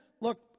look